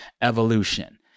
Evolution